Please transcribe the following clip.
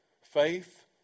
Faith